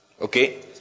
Okay